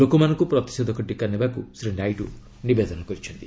ଲୋକମାନଙ୍କୁ ପ୍ରତିଷେଧକ ଟିକା ନେବାକୁ ଶ୍ରୀ ନାଇଡ଼ ନିବେଦନ କରିଛନ୍ତି